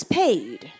paid